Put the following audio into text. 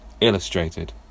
illustrated